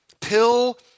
pill